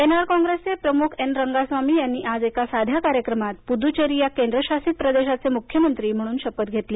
N R कॉग्रेसचे प्रमुख N Rangasamy आज एका साध्या कार्यक्रमात पुदुच्चेरी या केंद्रशासित प्रदेशाचे मुख्यमंत्री म्हणून शपथ घेतली